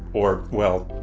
or, well,